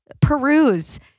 peruse